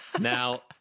Now